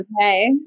okay